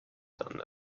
done